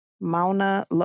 Mauna